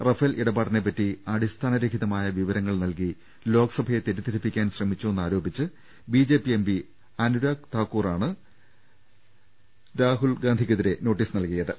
Rafale ഇടപാടിനെ പറ്റി അടിസ്ഥാനരഹിതമായ വിവരങ്ങൾ നൽകി ലോക്സഭയെ തെറ്റിദ്ധരിപ്പിക്കാൻ ശ്രമിച്ചുവെന്നാ രോപിച്ച് ബിജെപി എംപി അനുരാഗ് താക്കൂറാണ് രാഹുൽ ഗാന്ധി ക്കെതിരെ നോട്ടീസ് നൽകിയത്